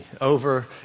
over